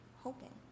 hoping